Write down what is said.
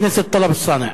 חבר הכנסת טלב אלסאנע.